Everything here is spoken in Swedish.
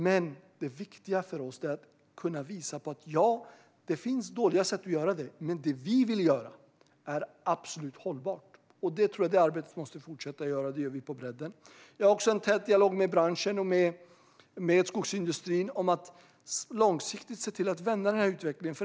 Men det viktiga för oss är att kunna visa att, ja, det finns dåliga sätt att göra det, men det vi vill göra är absolut hållbart. Det arbetet måste vi fortsätta göra, och det gör vi på bredden. Jag för också en tät dialog med branschen och med skogsindustrin om att långsiktigt vända utvecklingen.